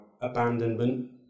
abandonment